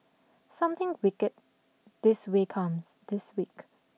something wicked this way comes this week